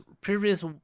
previous